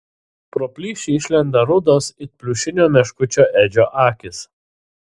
pro plyšį išlenda rudos it pliušinio meškučio edžio akys